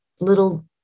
little